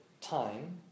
time